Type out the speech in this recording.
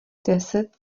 deset